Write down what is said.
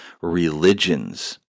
religions